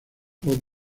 hot